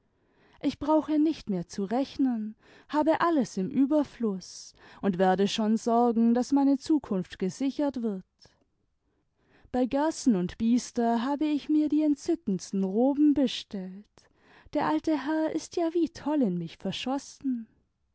ich krauche nicht mehr zu rechnen habe alles im überfluß und werde schon sorgen daß meine zukunft gesichert wird bei gerson und biester habe ich mir die entzückendsten roben bestellt der alte herr ist ja wie toll in mich verschossen